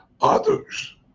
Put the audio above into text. others